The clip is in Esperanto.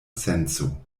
senco